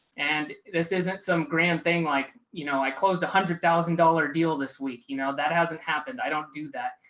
and this isn't some grand thing, like, you know, i closed one hundred thousand dollars deal this week, you know, that hasn't happened. i don't do that.